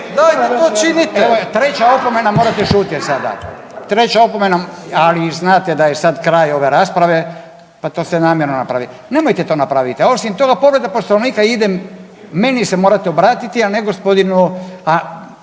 Evo je, treća opomena, morate šutjeti sada. Treća opomena, ali znate da je sad kraj ove rasprave, pa to ste namjerno napravili. Nemojte to napraviti. Osim toga, povreda Poslovnika ide, meni se morate obratiti, a ne gospodinu